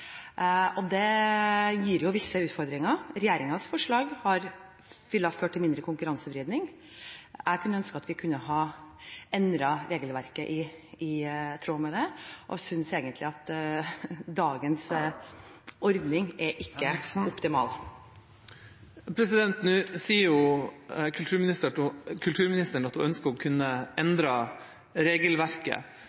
Det gir jo visse utfordringer. Regjeringens forslag ville ført til mindre konkurransevridning. Jeg kunne ønsket at vi kunne endret regelverket i tråd med det, og synes egentlig at dagens ordning ikke er optimal. Nå sier kulturministeren at hun ønsker hun kunne endret regelverket. Når hun viser til tidligere oppkonstruerte problemstillinger, er det slik at en